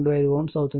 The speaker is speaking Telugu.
0525 Ω అవుతుంది